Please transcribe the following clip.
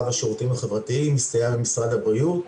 בשירותים החברתיים מסייע למשרד הבריאות.